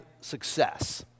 success